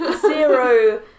zero